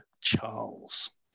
charles